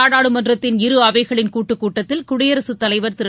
நாடாளுமன்றத்தின் இரு அவைகளின் கூட்டுக் கூட்டத்தில் குடியரசுத் தலைவர் திரு